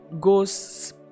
goes